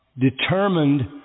determined